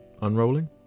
Unrolling